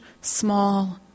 small